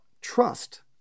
trust